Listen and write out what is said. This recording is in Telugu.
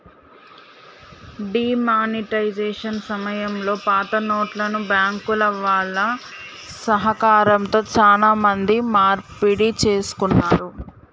డీ మానిటైజేషన్ సమయంలో పాతనోట్లను బ్యాంకుల వాళ్ళ సహకారంతో చానా మంది మార్పిడి చేసుకున్నారు